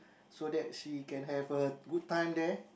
so that she can have a good time there